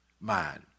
mind